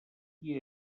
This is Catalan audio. dia